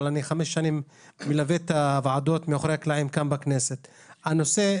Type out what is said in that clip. אבל אני מלווה את הוועדות מאחורי הקלעים בכנסת כבר חמש שנים